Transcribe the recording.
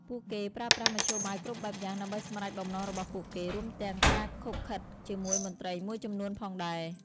ពួកគេប្រើប្រាស់មធ្យោបាយគ្រប់បែបយ៉ាងដើម្បីសម្រេចបំណងរបស់ពួកគេ រួមទាំងការឃុបឃិតជាមួយមន្ត្រីមួយចំនួនផងដែរ។